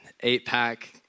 eight-pack